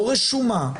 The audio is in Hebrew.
לא רשומה,